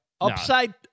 Upside